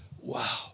Wow